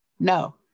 No